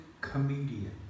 comedian